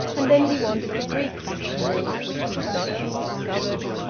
and then he wanted the greek dictionary, which could not be discovered,